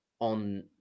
on